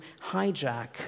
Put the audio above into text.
hijack